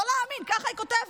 לא להאמין, ככה היא כותבת.